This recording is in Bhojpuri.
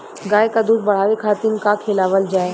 गाय क दूध बढ़ावे खातिन का खेलावल जाय?